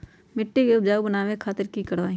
मिट्टी के उपजाऊ बनावे खातिर की करवाई?